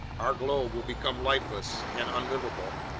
our globe will become lifeless and unlivable.